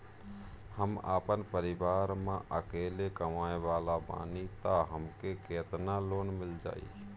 हम आपन परिवार म अकेले कमाए वाला बानीं त हमके केतना लोन मिल जाई?